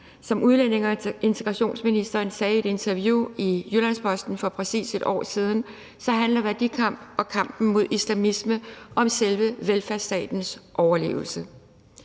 Som udlændinge- og integrationsministeren sagde i et interview i Jyllands-Posten for præcis 1 år siden, så handler værdikampen og kampen mod islamisme om selve velfærdsstatens overlevelse.